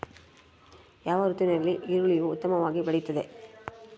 ಯಾವ ಋತುವಿನಲ್ಲಿ ಈರುಳ್ಳಿಯು ಉತ್ತಮವಾಗಿ ಬೆಳೆಯುತ್ತದೆ?